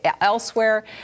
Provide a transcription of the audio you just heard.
elsewhere